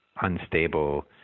unstable